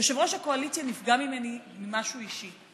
יושב-ראש הקואליציה נפגע ממני ממשהו אישי.